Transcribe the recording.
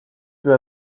peu